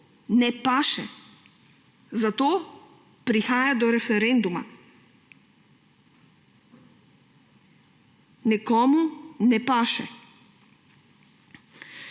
ne paše, zato prihaja do referenduma. Nekomu ne paše.